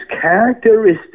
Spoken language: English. characteristic